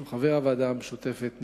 שהוא חבר הוועדה המשותפת,